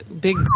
big